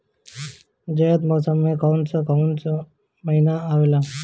जायद मौसम में कौन कउन कउन महीना आवेला?